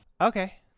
Okay